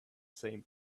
same